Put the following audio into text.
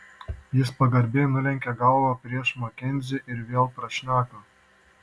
jis pagarbiai nulenkė galvą prieš makenzį ir vėl prašneko